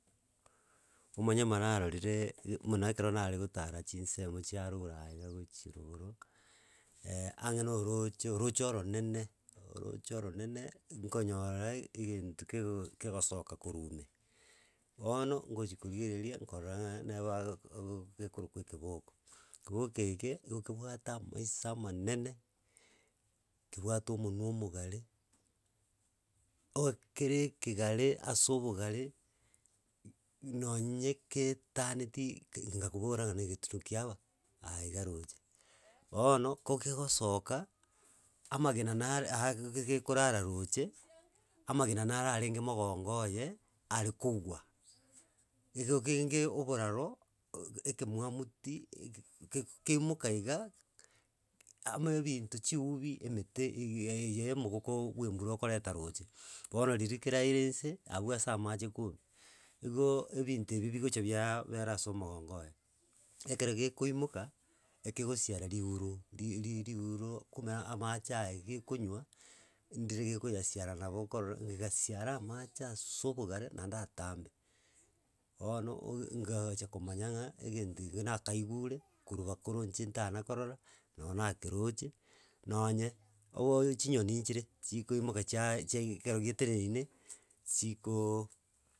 Omonyama narorire ge muna ekero naregotara chinsemo chiarogoro aiga gochia rogoro, ang'e na oroche oroche oronene roche oronene, nkonyorae egento kego kegosoka korwa ime. Bono, ngochikorigereria nkorora ng'a na bagok egoogok gekorokwa ekebogo. Keboko eke igo kebwate amaiso amanene, kebwate omonu omogare, oe kere ekegare ase obogare, nonye kaetanetie inga kobora ng'a na egetutu kiaba aaiga roche bono kogegosoka amagena nare agegeg gekorara roche, amagena nare arenge mogongo oye, arekogwa igo genge oboraro og ekemwamu ti, kekikeimoka iga, ama ebinto chiubi, emete iga eye omogoko bwa embura ogoreta roche. Bono riria keraire nse, abwo ase amache kori, igooo ebinto ebio bigocha biaaa bera ase omogongo oye. Ekero gekoimoka egekosiara riuro ri riuro kumbe na amache aya egekonywa, ndire gekoyasiara nabo okorora gegasiara amache ase obogare naende atambe, bono ongaacha komanya ng'a egento eke nakaigure, korwa bakoro inche ntana korora nonye nakeroche, nonye obo chinyoni nchire chikoimoka chiaaa chiage kero geteneine chikooo.